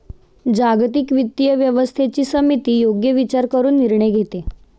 जागतिक वित्तीय व्यवस्थेची समिती योग्य विचार करून निर्णय घेते